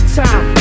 time